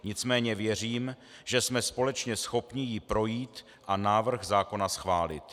Nicméně věřím, že jsme společně schopni jí projít a návrh zákona schválit.